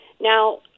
now